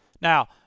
Now